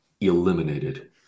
eliminated